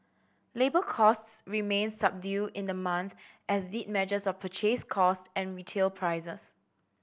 labour costs remained subdued in the month as the measures of purchase cost and retail prices